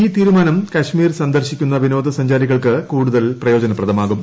ഈ തീരുമാനം കാശ്മീർ സന്ദർശിക്കുന്ന വിനോദ് സഞ്ചാരികൾക്ക് കൂടുതൽ പ്രയോജനപ്രദമാകും